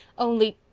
only!